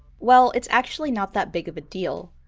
well, it's actually not that big of a deal.